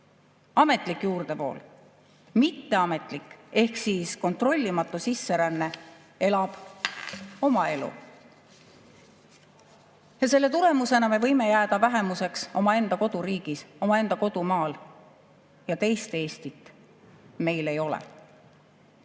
ametlik juurdevool. Mitteametlik ehk kontrollimatu sisseränne elab oma elu. Selle tulemusena me võime jääda vähemuseks omaenda koduriigis, omaenda kodumaal. Teist Eestit meil ei ole.